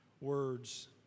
words